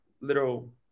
little